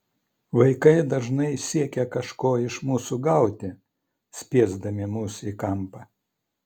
vaikai dažnai siekia kažko iš mūsų gauti spiesdami mus į kampą